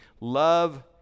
love